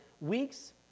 weeks